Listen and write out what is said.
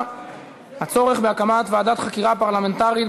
אסור לברוח מאחריות,